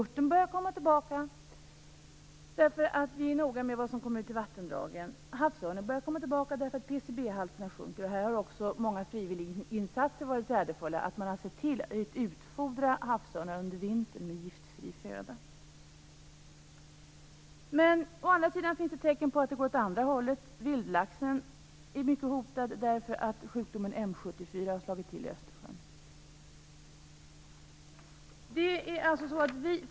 Uttern börjar komma tillbaka, därför att vi är noga med vad som kommer ut i vattendragen. Havsörnen börjar komma tillbaka, därför att PCB-halterna sjunker. Många frivilliginsatser har varit värdefulla i det fallet. Man har sett till att utfodra havsörnar under vintern med giftfri föda. Men å andra sidan finns det tecken på att det går åt andra hållet. Vildlaxen är mycket hotad, därför att sjukdomen M 74 har slagit till i Östersjön.